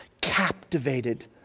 captivated